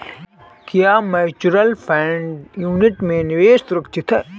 क्या mutual fund unit में निवेश सुरक्षित है?